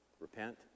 Repent